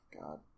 God